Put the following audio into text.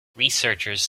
researchers